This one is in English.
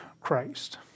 Christ